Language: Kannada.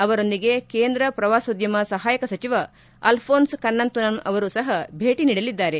ಅವರೊಂದಿಗೆ ಕೇಂದ್ರ ಪ್ರವಾಸೋದ್ದಮ ಸಹಾಯಕ ಸಚಿವ ಆಲ್ಫೋನ್ಸ್ ಕನ್ನಂತುನಮ್ ಅವರು ಸಹ ಭೇಟಿ ನೀಡಲಿದ್ದಾರೆ